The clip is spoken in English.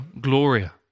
gloria